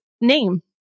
name